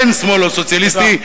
אין שמאל לא סוציאליסטי,